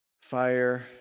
Fire